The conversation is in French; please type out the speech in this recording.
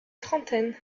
trentaine